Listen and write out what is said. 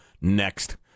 next